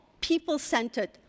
people-centered